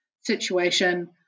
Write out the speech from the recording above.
situation